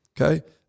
Okay